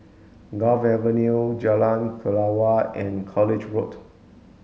Gul Avenue Jalan Kelawar and College Road